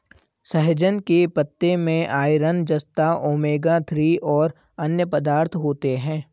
सहजन के पत्ते में आयरन, जस्ता, ओमेगा थ्री और अन्य पदार्थ होते है